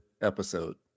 episode